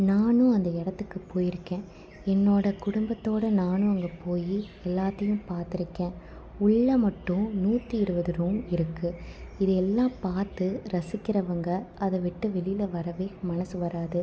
நானும் அந்த இடத்துக்கு போயிருக்கேன் என்னோடய குடும்பத்தோட நானும் அங்கே போய் எல்லாத்தையும் பார்த்துருக்கேன் உள்ளே மட்டும் நூற்றி இருபது ரூம் இருக்குது இது எல்லாம் பார்த்து ரசிக்கிறவங்க அதை விட்டு வெளியில வரவே மனசு வராது